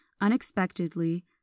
unexpectedly